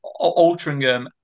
Altrincham